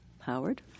Howard